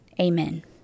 Amen